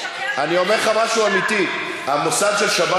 אני אומר לך משהו אמיתי: המוסד של "שבת